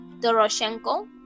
Doroshenko